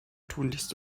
tunlichst